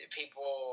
people